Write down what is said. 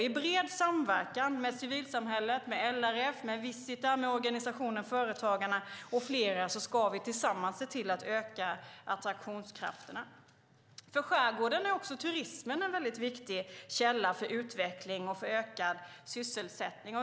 I bred samverkan med civilsamhället, med LRF, med Visita, med organisationen Företagarna med flera ska vi tillsammans se till att öka attraktionskraften. För skärgården är turismen en viktig källa till utveckling och ökad sysselsättning.